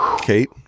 Kate